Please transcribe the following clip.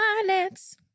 finance